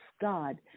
God